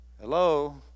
Hello